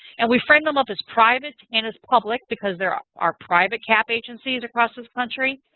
and we frame them up as private and as public because there are private cap agencies across this country.